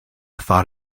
thought